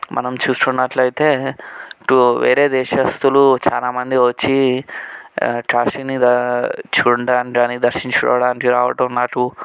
మనం చూసుకున్నట్లయితే టు వేరే దేశస్థులు చానామంది వచ్చి కాశిని దా చూడ్డానికి గానీ దర్శించుకోడానికి రావటం నాకు